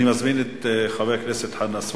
אני מזמין את חבר הכנסת חנא סוייד,